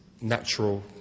natural